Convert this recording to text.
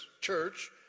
church